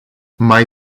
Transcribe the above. mai